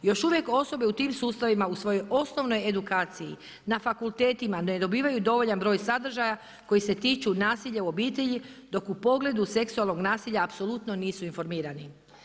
Još uvijek osobe u tim sustavima u svojoj osnovnoj edukaciji, na fakultetima, ne dobivaju dovoljan broj sadržaja koji se tiču nasilja u obitelji dok u pogledu seksualnog nasilja apsolutnog nasilja nisu informirani.